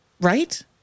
Right